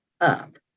up